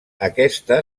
aquesta